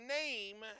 name